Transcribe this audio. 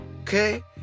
Okay